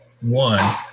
one